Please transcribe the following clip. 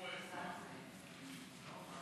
ההצעה להעביר את הנושא לוועדת העבודה,